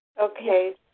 Okay